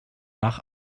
nach